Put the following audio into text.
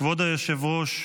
כבוד היושב-ראש,